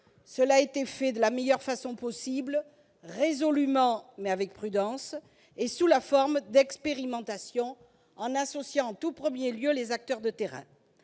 Cela a été fait de la meilleure façon possible : résolument, mais avec prudence, et sous la forme d'expérimentations, en associant en tout premier lieu les acteurs de terrain.